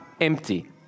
empty